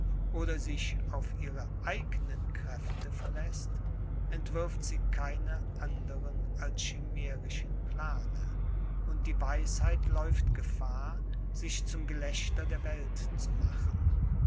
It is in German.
oder sich auf ihre eignen kräfte verläßt entwirft sie keine anderen als chimärische plane und die weisheit läuft gefahr sich zum gelächter der welt zu machen